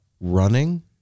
running